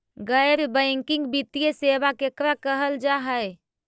गैर बैंकिंग वित्तीय सेबा केकरा कहल जा है?